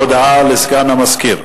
הודעה לסגן המזכיר.